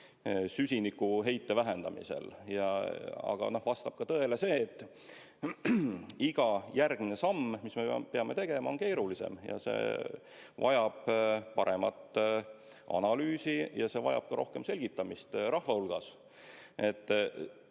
süsinikuheite vähendamisel, aga vastab tõele ka see, et iga järgmine samm, mis me peame tegema, on keerulisem ja vajab paremat analüüsi ja vajab ka rohkem selgitamist rahva hulgas.